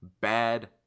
bad